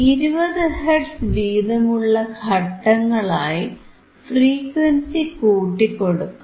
20 hertz വീതമുള്ള ഘട്ടങ്ങളായി frequency കൂട്ടിക്കൊടുക്കാം